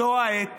זו העת